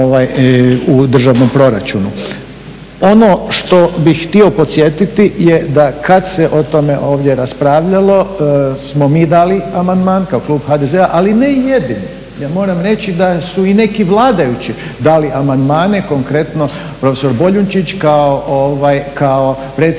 u državnom proračunu. Ono što bih htio podsjetiti je da kad se o tome ovdje raspravljalo smo mi dali amandman kao klub HDZ-a, ali ne jedini, jer moram reći da su i neki vladajući dali amandmane, konkretno profesor Boljunčić kao predsjednik